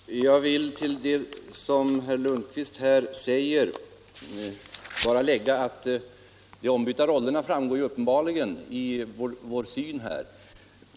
Herr talman! Jag vill till det som herr Lundkvist säger bara lägga att de ombytta rollerna uppenbarligen framgår av vår syn på denna fråga.